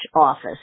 office